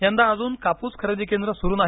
यंदा अजून कापूस खरेदी केंद्र सुरू नाही